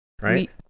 right